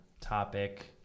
topic